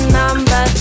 number